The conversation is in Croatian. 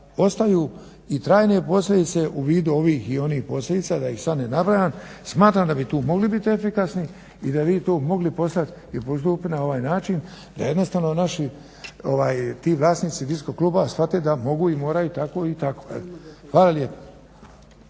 ostaju i trajne posljedice u vidu ovih i onih posljedica, da ih sad ne nabrajam, smatram da bi tu moglo biti efikasniji i da bi vi tu mogli postavit i postupit na ovaj način da jednostavno naši, ti vlasnici disko kluba shvate da mogu, moraju tako i tako. Hvala lijepo.